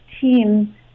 team